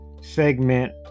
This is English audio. segment